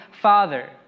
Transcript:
Father